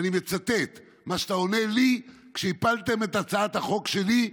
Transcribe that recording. ואני מצטט מה שאתה עונה לי כשהפלתם את הצעת החוק שלי.